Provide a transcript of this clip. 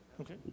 Okay